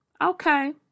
okay